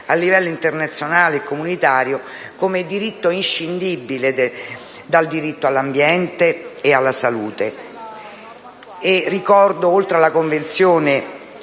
a livello internazionale e comunitario come diritto inscindibile dal diritto all'ambiente e alla salute. Ricordo, oltre alla Convenzione